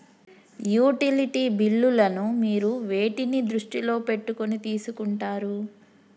Utility బిల్లులను మీరు వేటిని దృష్టిలో పెట్టుకొని తీసుకుంటారు?